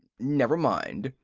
never mind,